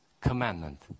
commandment